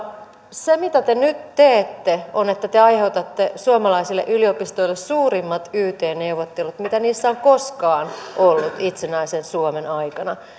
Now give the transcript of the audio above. se mitä te nyt teette on se että te aiheutatte suomalaisille yliopistoille suurimmat yt neuvottelut kuin niissä on koskaan ollut itsenäisen suomen aikana